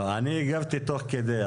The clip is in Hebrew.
לא, אני הגבתי תוך כדי.